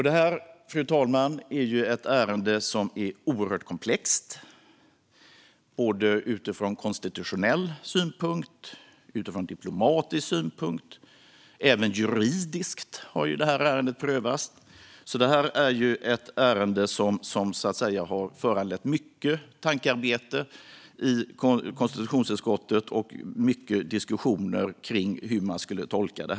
Detta är ett ärende som är oerhört komplext, både från konstitutionell synpunkt och från diplomatisk synpunkt. Ärendet har även prövats juridiskt. Detta är alltså ett ärende som har föranlett mycket tankearbete och mycket diskussioner i konstitutionsutskottet när det gäller hur detta skulle tolkas.